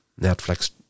Netflix